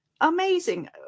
Amazing